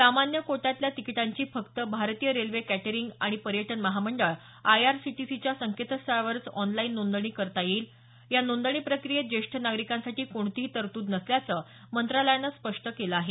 सामान्य कोट्यातल्या तिकीटांची फक्त भारतीय रेल्वे कॅटरींग आणि पर्यटन महामंडळ आयआरसीटीसीच्या संकेतस्थळावरच ऑनलाईन नोंदणी करता येईल या नोंदणी प्रक्रियेत ज्येष्ठ नागरिकांसाठी कोणतीही तरतूद नसल्याचं मंत्रालयानं स्पष्ट केलं आहे